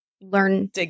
learn